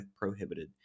prohibited